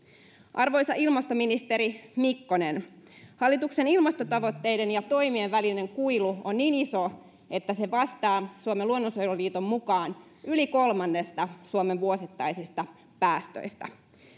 arvoisa ilmastoministeri mikkonen hallituksen ilmastotavoitteiden ja toimien välinen kuilu on niin iso että se vastaa suomen luonnonsuojeluliiton mukaan yli kolmannesta suomen vuosittaisista päästöistä